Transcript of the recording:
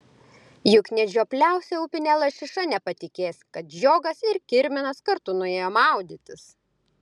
juk net žiopliausia upinė lašiša nepatikės kad žiogas ir kirminas kartu nuėjo maudytis